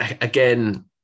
Again